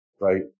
right